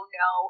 no